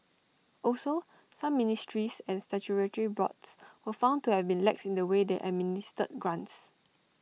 also some ministries and statutory boards were found to have been lax in the way they administered grants